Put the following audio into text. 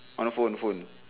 on the phone phone